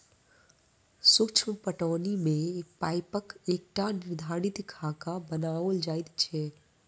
सूक्ष्म पटौनी मे पाइपक एकटा निर्धारित खाका बनाओल जाइत छै